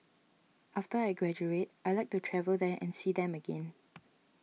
after I graduate I'd like to travel there and see them again